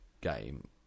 game